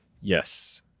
Yes